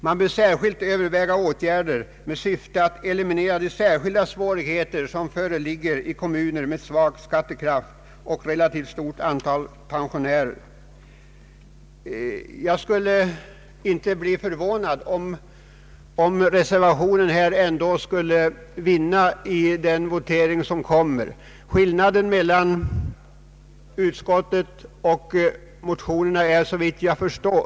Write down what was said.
Man bör speciellt överväga åtgärder med syfte att eliminera de särskilda svårigheter som föreligger för kommuner med svag skattekraft och relativt stort antal pensionärer. Jag skulle inte bli förvånad om reservationen ändå skulle vinna i den votering som kommer att äga rum. Skillnaden mellan utskottets skrivning och motionerna är inte så stor.